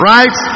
Right